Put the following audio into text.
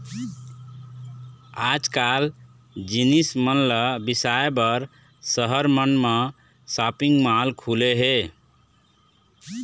आजकाल जिनिस मन ल बिसाए बर सहर मन म सॉपिंग माल खुले हे